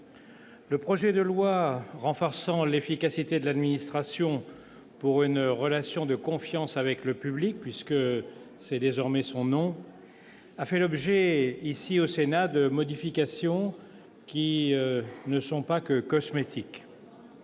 le projet de loi renforçant l'efficacité de l'administration pour une relation de confiance avec le public, puisque c'est désormais son nom, a fait l'objet ici, au Sénat, de modifications qui ne sont pas seulement cosmétiques.